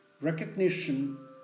Recognition